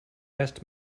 asked